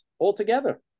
altogether